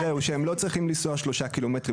אז זה לא שהם צריכים לנסוע שלושה קילומטרים,